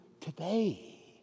today